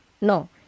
no